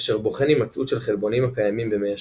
אשר בוחן הימצאות של חלבונים הקיימים במי השפיר.